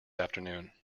afternoon